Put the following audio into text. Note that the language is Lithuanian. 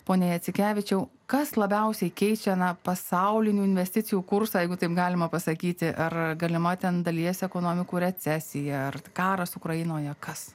pone jacikevičiau kas labiausiai keičia aną pasaulinių investicijų kursą jeigu taip galima pasakyti ar galima ten dalies ekonomikų recesija ar karas ukrainoje kas